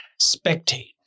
spectate